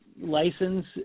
license